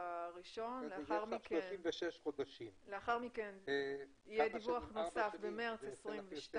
לאחר מכן יהיה דיווח נוסף במרס 2022